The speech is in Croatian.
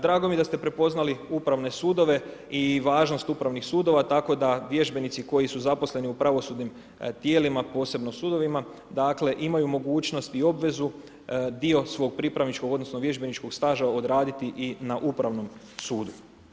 Drago mi je da ste prepoznali upravne sudove i važnost upravnih sudova, tako da vježbenici koji su zaposleni u pravosudnim tijelima, posebno sudovima, dakle, imaju mogućnost i obvezu dio svog pripravničkog, odnosno, vježbeničkog staža odraditi i na upravnom sudu.